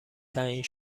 تعیین